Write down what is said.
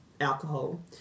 alcohol